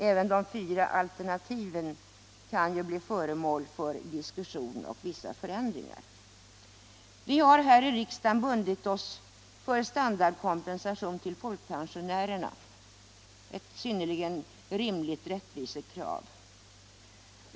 Även de fyra alternativen kan ju bli föremål för diskussion och vissa förändringar. Vi har här i riksdagen bundit oss för standardkompensation till folkpensionärerna, ett synnerligen rimligt rättvisekrav.